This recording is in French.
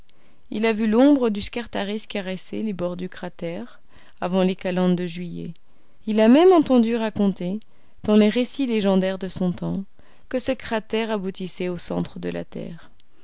il a vu l'ombre du scartaris caresser les bords du cratère avant les calendes de juillet il a même entendu raconter dans les récits légendaires de son temps que ce cratère aboutissait au centre de la terre